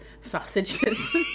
sausages